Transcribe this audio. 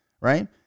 right